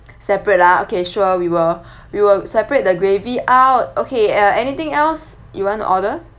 separate ah okay sure we will we will separate the gravy out okay uh anything else you want to order